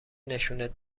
نشونت